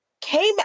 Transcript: came